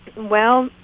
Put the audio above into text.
well,